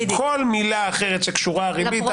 כל מילה אחרת שקשורה ריבית,